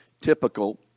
Typical